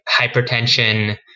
hypertension